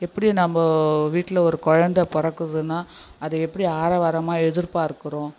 எப்படி நம்ப வீட்டில் ஒரு கொழந்தை பிறக்குதுன்னா அதை எப்படி ஆரவாரமாக எதிர்பார்க்கிறோம்